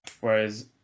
Whereas